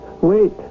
Wait